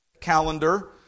calendar